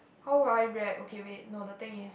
how would I react okay wait no the thing is